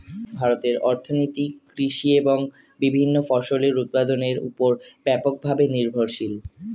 ভারতের অর্থনীতি কৃষি এবং বিভিন্ন ফসলের উৎপাদনের উপর ব্যাপকভাবে নির্ভরশীল